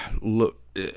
Look